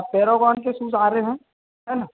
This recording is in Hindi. पैरागॉन के शूज़ आ रहे हैं है न